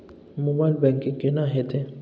Mobile banking केना हेते?